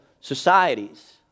societies